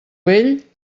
vell